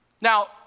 Now